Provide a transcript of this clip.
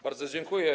Bardzo dziękuję.